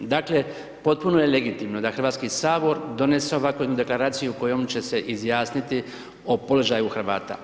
Dakle, potpuno je legitimno da Hrvatski sabor donese ovakvu jednu deklaraciju kojom će se izjasniti o položaju Hrvata.